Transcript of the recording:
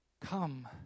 Come